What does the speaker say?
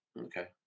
Okay